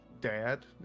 Dad